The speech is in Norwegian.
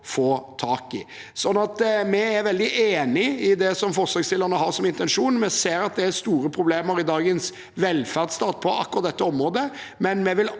Vi er veldig enig i det som forslagsstillerne har som intensjon. Vi ser at det er store problemer i dagens velferdsstat på akkurat dette området,